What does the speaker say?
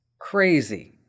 crazy